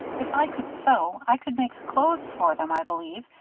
if i could sew, i could make clothes for them, i believe,